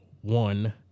one